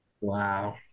Wow